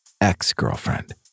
ex-girlfriend